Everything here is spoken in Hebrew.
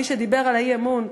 מי שדיבר על האי-אמון.